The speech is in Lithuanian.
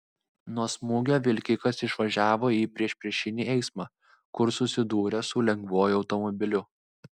nuo smūgio vilkikas išvažiavo į priešpriešinį eismą kur susidūrė su lengvuoju automobiliu